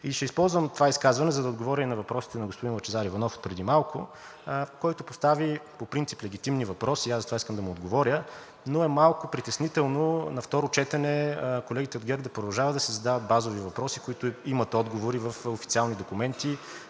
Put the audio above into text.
И ще използвам това изказване, за да отговоря и на въпросите на господин Лъчезар Иванов преди малко, който постави по принцип легитимни въпроси, и аз затова искам да му отговоря, но е малко притеснително на второ четене колегите от ГЕРБ да продължават да си задават базови въпроси, които имат отговори в официални документи,